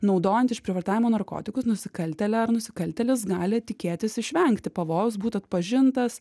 naudojant išprievartavimo narkotikus nusikaltėlė ar nusikaltėlis gali tikėtis išvengti pavojaus būt atpažintas